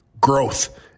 growth